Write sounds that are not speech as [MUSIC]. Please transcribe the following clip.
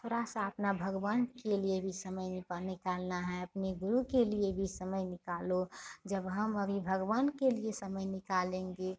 थोड़ा सा अपना भगवान के लिए भी समय [UNINTELLIGIBLE] निकालना है अपने गुरु के लिए भी समय निकालो जब हम अभी भगवान के लिए समय निकालेंगे